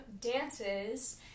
dances